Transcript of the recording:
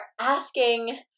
asking